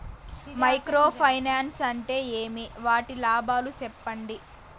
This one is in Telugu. మైక్రో ఫైనాన్స్ అంటే ఏమి? వాటి లాభాలు సెప్పండి?